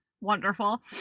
Wonderful